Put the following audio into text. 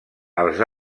els